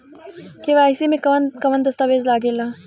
KYC में कवन कवन दस्तावेज लागे ला?